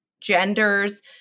genders